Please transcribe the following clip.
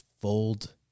fold